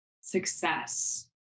success